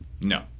No